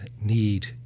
need